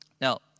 Now